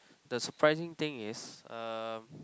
the surprising thing is uh